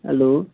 hello